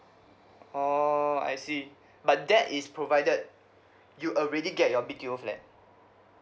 orh I see but that is provided you alreadly get your B_T_O flat